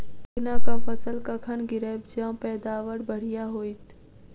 चिकना कऽ फसल कखन गिरैब जँ पैदावार बढ़िया होइत?